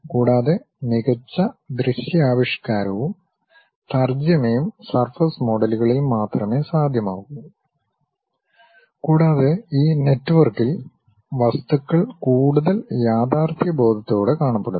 കൂടാതെ മികച്ച ദൃശ്യാവിഷ്കാരവും തർജമയും സർഫസ് മോഡലുകളിൽ മാത്രമേ സാധ്യമാകൂ കൂടാതെ ഈ നെറ്റ്വർക്കിൽ വസ്തുക്കൾ കൂടുതൽ യാഥാർത്ഥ്യബോധത്തോടെ കാണപ്പെടുന്നു